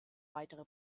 weitere